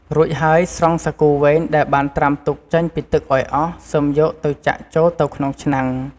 រួចហើយ ស្រង់សាគូវែងដែលបានត្រាំទុកចេញពីទឹកឱ្យអស់ សិមយកទៅចាក់ចូលទៅក្នុងឆ្នាំង។